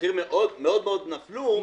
והמחירים מאוד מאוד נפלו,